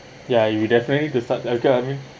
ya if you definitely to start again I mean